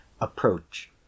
Approach